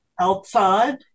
outside